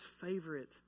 favorite